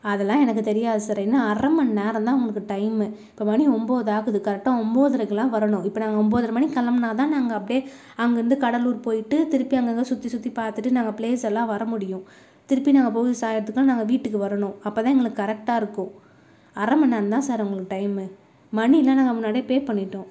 அதெல்லாம் எனக்கு தெரியாது சார் இன்னும் அரை மணி நேரந்தான் உங்களுக்கு டைம் இப்போ மணி ஒம்பது ஆகுது கரெட்டாக ஒம்பதரக்கிலாம் வரணும் இப்போ நாங்கள் ஒம்பதர மணிக்கு கிளம்புனாதான் நாங்கள் அப்டி அங்கேருந்து கடலூர் போயிட்டு திருப்பி அங்கங்கே சுற்றி சுற்றி பார்த்துட்டு நாங்கள் ப்ளேஸெல்லாம் வர முடியும் திருப்பி நாங்கள் பொழுது சாயறத்துக்குள்ள நாங்கள் வீட்டு வரணும் அப்போதான் எங்களுக்கு கரெட்டாக இருக்கும் அரை மணி நேரந்தான் சார் உங்களுக்கு டைம் மணிலாம் நாங்கள் முன்னாடியே பே பண்ணிவிட்டோம்